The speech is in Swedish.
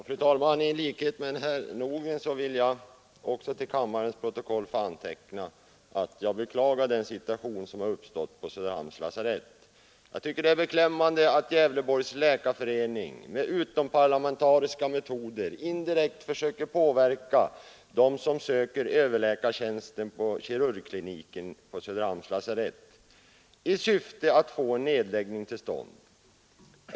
Fru talman! I likhet med herr Nordgren vill jag till kammarens protokoll få antecknat att jag beklagar den situation som har uppstått på Söderhamns lasarett. Jag tycker att det är beklämmande att Gävleborgs läkarförening med utomparlamentariska metoder indirekt försöker påverka dem som söker överläkartjänsten vid kirurgiska kliniken på Söderhamns lasarett i syfte att få en nedläggning till stånd.